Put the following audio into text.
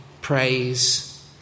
praise